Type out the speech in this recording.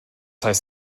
heißt